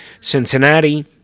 Cincinnati